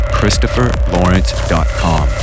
ChristopherLawrence.com